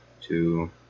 two